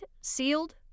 sealed